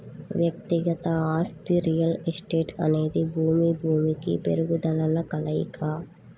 వ్యక్తిగత ఆస్తి రియల్ ఎస్టేట్అనేది భూమి, భూమికి మెరుగుదలల కలయిక